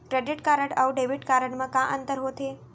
Credit card अऊ debit card मा का अंतर होथे?